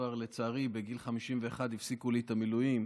לצערי, בגיל 51 הפסיקו לי את המילואים,